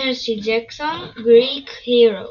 Percy Jackson's Greek Heroes